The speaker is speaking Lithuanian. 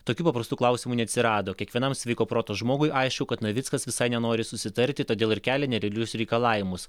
tokių paprastų klausimų neatsirado kiekvienam sveiko proto žmogui aišku kad navickas visai nenori susitarti todėl ir kelia nerealius reikalavimus